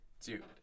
Dude